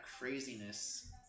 craziness